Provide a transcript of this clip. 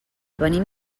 venim